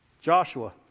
Joshua